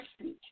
speech